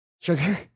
sugar